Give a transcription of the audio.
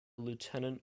lieutenant